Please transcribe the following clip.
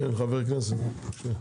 בבקשה.